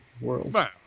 world